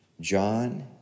John